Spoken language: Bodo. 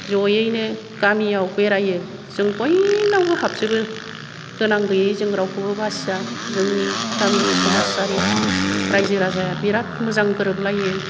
जयैनो गामियाव बेरायो जों बयनावबो हाबजोबो गोनां गैयै जों रावखौबो बासिया जोंनि गामिनि समाजारि राइजो राजाया बिरात मोजां गोरोबलायो